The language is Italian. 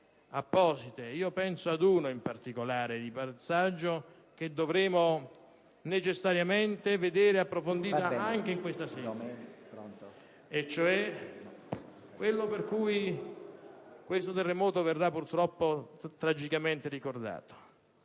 apposite. Penso in particolare ad un passaggio che dovremo necessariamente approfondire anche in questa sede, quello per cui questo terremoto verrà purtroppo tragicamente ricordato: